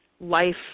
life